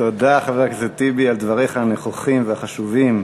תודה, חבר הכנסת טיבי, על דבריך הנכוחים והחשובים.